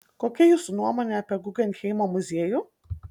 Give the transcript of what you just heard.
kokia jūsų nuomonė apie guggenheimo muziejų